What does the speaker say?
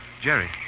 Jerry